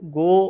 go